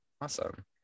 Awesome